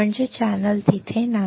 म्हणजे चॅनेल तिथे नाही